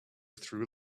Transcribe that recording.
through